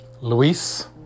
Luis